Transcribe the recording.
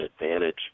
advantage